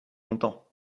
content